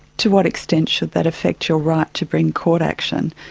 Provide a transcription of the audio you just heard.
to what extent should that affect your right to bring court action,